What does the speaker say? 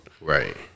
Right